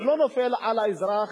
זה לא נופל על האזרח,